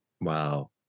Wow